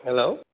hello